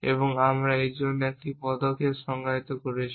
এবং আমরা এর জন্য একটি পদক্ষেপ সংজ্ঞায়িত করেছি